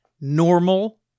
normal